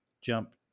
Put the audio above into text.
jump